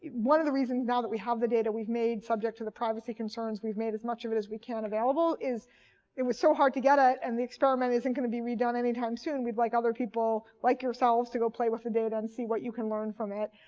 one of the reasons now that we have the data, we've made subject to the privacy concerns, we've made as much of it as we can available is it was so hard to get at and the experiment isn't going to be redone anytime soon. we'd like other people like yourselves to go play with the data and see what you can learn from it.